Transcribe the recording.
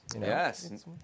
Yes